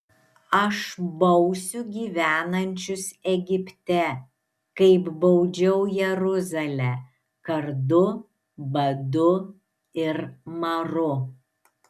aš bausiu gyvenančius egipte kaip baudžiau jeruzalę kardu badu ir maru